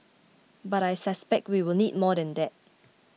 but I suspect we will need more than that